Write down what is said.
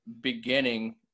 beginning